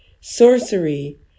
sorcery